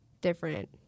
different